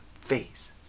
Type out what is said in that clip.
face